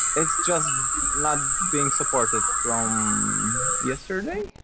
it's just not being supported from yesterday.